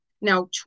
Now